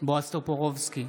בועז טופורובסקי,